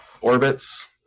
orbits